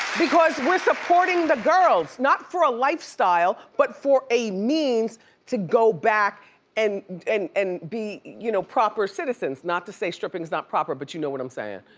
because we're supporting the girls! not for a lifestyle, but for a means to go back and and and be you know proper citizens, not to say stripping's not proper but you know what i'm saying.